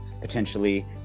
potentially